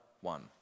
one